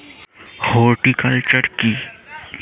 Horticulture কি?